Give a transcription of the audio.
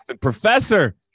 Professor